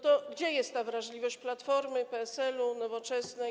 To gdzie jest ta wrażliwość Platformy, PSL-u i Nowoczesnej?